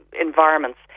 environments